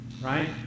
right